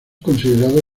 considerado